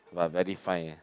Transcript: but very fine ah